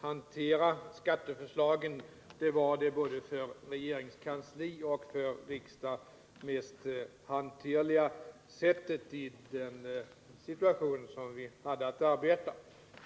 hantera skatteförslagen på det sättet — det var det både för regeringskansli och för riksdag mest hanterliga sättet i den situation vi hade att arbeta i.